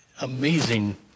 amazing